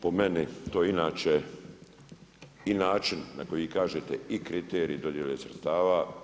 Po meni to inače i način na koji vi kažete i kriterij dodjele sredstava.